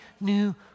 new